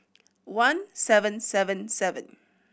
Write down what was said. one seven seven seven